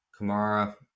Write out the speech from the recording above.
Kamara